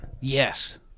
yes